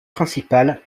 principal